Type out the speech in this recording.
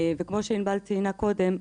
וכמו שענבל ציינה קודם,